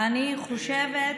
אני חושבת,